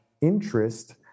interest